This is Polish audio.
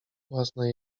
własna